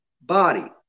body